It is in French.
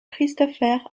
christopher